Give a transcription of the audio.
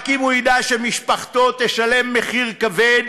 רק אם הוא ידע שמשפחתו תשלם מחיר כבד,